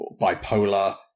bipolar